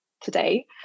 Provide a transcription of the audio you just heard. today